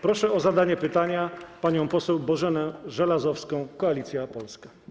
Proszę o zadanie pytania panią poseł Bożenę Żelazowską, Koalicja Polska.